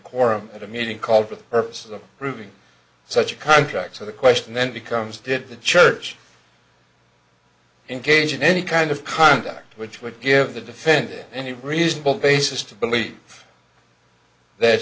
quorum at a meeting called for the purpose of proving such a contract so the question then becomes did the church engage in any kind of conduct which would give the defendant any reasonable basis to believe that